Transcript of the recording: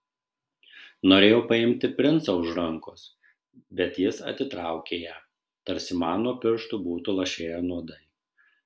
norėjau paimti princą už rankos bet jis atitraukė ją tarsi man nuo pirštų būtų lašėję nuodai